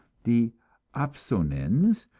the opsonins,